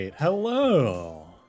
Hello